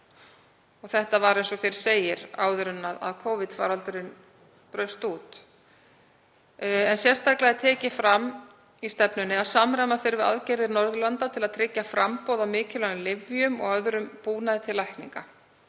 — Þetta var eins og fyrr segir áður en Covid-faraldurinn braust út. — „Sérstaklega er tekið fram að samræma þurfi aðgerðir Norðurlanda til að tryggja framboð á mikilvægum lyfjum og öðrum búnaði til lækninga.